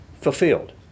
fulfilled